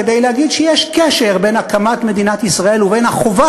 כדי להגיד שיש קשר בין הקמת מדינת ישראל ובין החובה